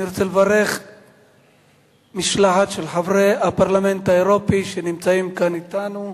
אני רוצה לברך משלחת של חברי הפרלמנט האירופי שנמצאים כאן אתנו,